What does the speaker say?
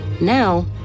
Now